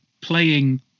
playing